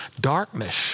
darkness